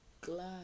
glad